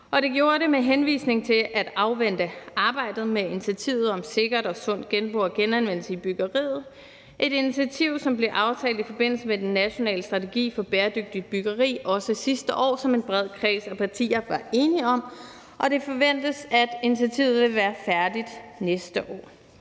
det gjorde det med henvisning til at afvente arbejdet med initiativet om sikker og sund genbrug og genanvendelse i byggeriet. Det var et initiativ, som blev aftalt i forbindelse med den nationale strategi for bæredygtigt byggeri – også sidste år – som en bred kreds af partier var enige om, og det forventes, at initiativet vil være færdigt næste år.